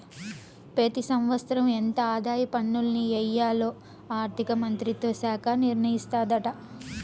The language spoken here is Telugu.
పెతి సంవత్సరం ఎంత ఆదాయ పన్నుల్ని ఎయ్యాల్లో ఆర్థిక మంత్రిత్వ శాఖ నిర్ణయిస్తాదాట